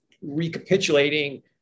recapitulating